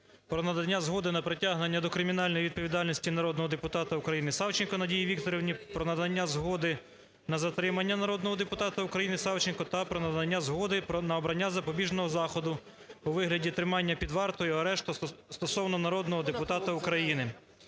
про надання згоди на притягнення до кримінальної відповідальності народного депутата України Савченко Надії Вікторівни, про надання згоди на затримання народного депутата України Савченко та про надання згоди на обрання запобіжного заходу у вигляді тримання під вартою і арешту стосовно народного депутата України,